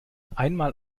einmal